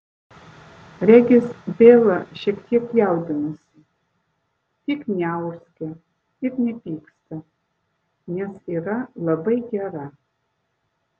regis bela šiek tiek jaudinasi tik neurzgia ir nepyksta nes yra labai gera